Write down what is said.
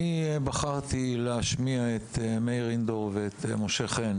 אני בחרתי להשמיע את מאיר אינדור ואת משה חן